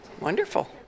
wonderful